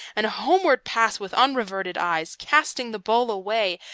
and homeward pass with unreverted eyes, casting the bowl away,